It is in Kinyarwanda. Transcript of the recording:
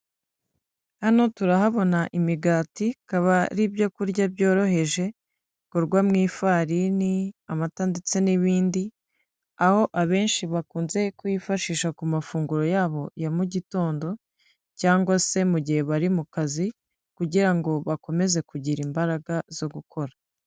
Hano turahabona imigati, ikaba ari ibyo kurya byoroheje bikorwa mu ifarini, amata ndetse n'ibindi, aho abenshi bakunze kuyifashisha ku mafunguro yabo ya mu gitondo cyangwa se mu gihe bari mu kazi kugira ngo bakomeze kugira imbaraga zo gukora.